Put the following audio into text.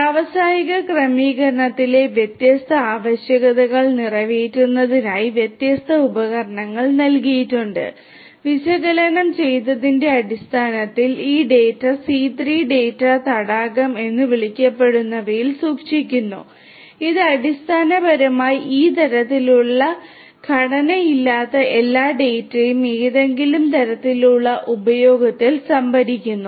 വ്യാവസായിക ക്രമീകരണത്തിലെ വ്യത്യസ്ത ആവശ്യകതകൾ നിറവേറ്റുന്നതിനായി വ്യത്യസ്ത ഉപകരണങ്ങൾ നൽകിയിട്ടുണ്ട് വിശകലനം ചെയ്തതിന്റെ അടിസ്ഥാനത്തിൽ ഈ ഡാറ്റ C3 ഡാറ്റ തടാകം എന്ന് വിളിക്കപ്പെടുന്നവയിൽ സൂക്ഷിക്കുന്നു ഇത് അടിസ്ഥാനപരമായി ഈ തരത്തിലുള്ള ഘടനയില്ലാത്ത എല്ലാ ഡാറ്റയും ഏതെങ്കിലും തരത്തിലുള്ള ഉപയോഗത്തിൽ സംഭരിക്കുന്നു